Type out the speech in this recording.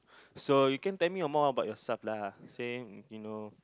so you can tell me a more about yourself lah say you know